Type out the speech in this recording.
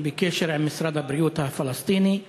ואני בקשר עם משרד הבריאות הפלסטיני.